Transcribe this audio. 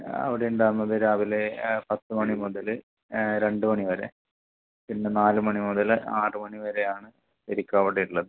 അവിടെ ഉണ്ടായിരുന്നത് രാവിലെ പത്തു മണി മുതൽ രണ്ടു മണി വരെ പിന്നെ നാലു മണി മുതൽ ആറുമണി വരെയാണ് ശരിക്കും അവിടെ ഉള്ളത്